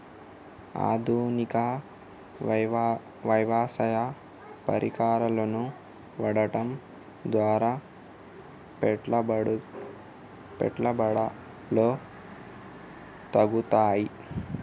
ఆధునిక వ్యవసాయ పరికరాలను వాడటం ద్వారా పెట్టుబడులు తగ్గుతయ?